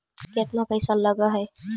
केतना पैसा लगय है?